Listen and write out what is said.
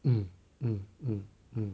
嗯嗯嗯嗯